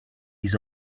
his